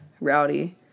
rowdy